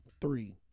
Three